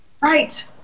Right